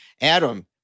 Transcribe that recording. Adam